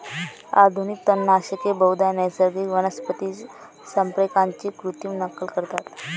आधुनिक तणनाशके बहुधा नैसर्गिक वनस्पती संप्रेरकांची कृत्रिम नक्कल करतात